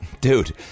Dude